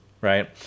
right